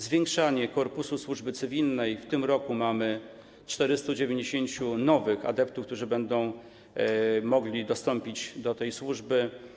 Zwiększanie korpusu służby cywilnej - w tym roku mamy 490 nowych adeptów, którzy będą mogli przystąpić do tej służby.